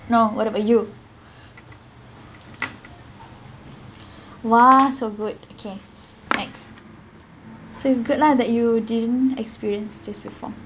no what about you !wah! so good okay next so it's good lah that you didn't experience this before